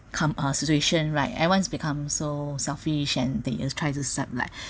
come uh situation right everyone become so selfish and they just try to like